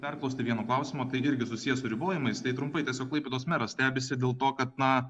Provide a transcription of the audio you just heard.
perklausti vieno klausimo tai irgi susiję su ribojimais trumpai tiesiog klaipėdos meras stebisi dėl to kad na